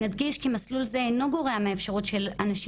נדגיש כי מסלול זה אינו גורע מהאפשרות של הנשים